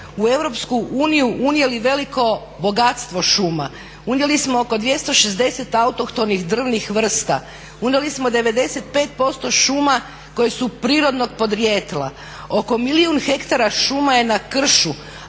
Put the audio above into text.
u EU unijeli veliko bogatstvo šuma, unijeli smo oko 260 autohtonih drvnih vrsta, unijeli smo 95% šuma koje su prirodnog podrijetla. Oko milijun hektara šuma je na kršu,